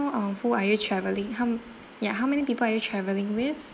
know uh who are you travelling how ya how many people are you travelling with